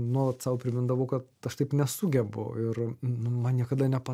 nuolat sau primindavau kad aš taip nesugebu ir nu man niekada nepa